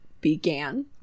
began